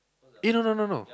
eh no no no no